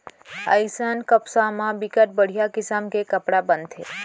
अइसन कपसा म बिकट बड़िहा किसम के कपड़ा बनथे